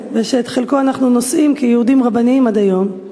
ושאת חלקו אנחנו נושאים כיהודים רבניים עד היום.